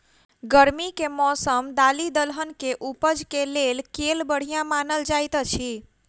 गर्मी केँ मौसम दालि दलहन केँ उपज केँ लेल केल बढ़िया मानल जाइत अछि?